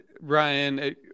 Ryan